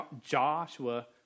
Joshua